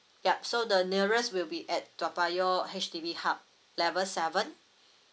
yup so the nearest will be at toa payoh H_D_B hub level seven